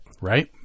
Right